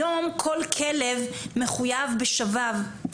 היום כל כלב מחויב בשבב.